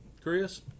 Chris